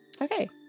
Okay